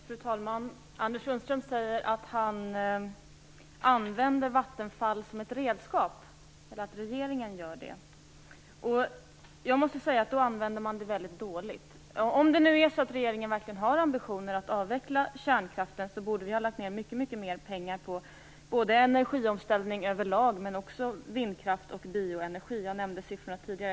Fru talman! Anders Sundström säger att han använder Vattenfall som ett redskap, eller att regeringen gör det. Då använder man det väldigt dåligt. Om nu regeringen verkligen har ambitionen att avveckla kärnkraften borde vi ha lagt ned mycket mer pengar på energiomställning över lag och också vindkraft och bioenergi. Jag nämnde siffrorna tidigare.